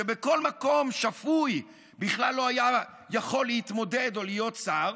שבכל מקום שפוי בכלל לא היה יכול להתמודד או להיות שר